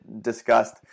discussed